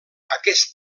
aquest